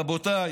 רבותיי,